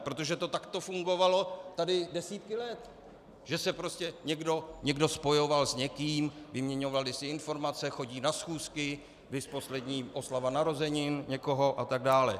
Protože to takto fungovalo tady desítky let, že se prostě někdo spojoval s někým, vyměňovali si informace, chodí na schůzky, viz poslední oslava narozenin někoho a tak dále.